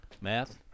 Math